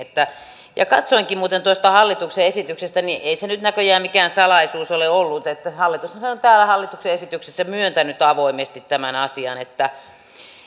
ja katsoinkin muuten tuosta hallituksen esityksestä että ei se nyt näköjään mikään salaisuus ole ollut että hallitus on täällä hallituksen esityksessä myöntänyt avoimesti tämän asian että